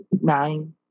nine